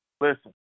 listen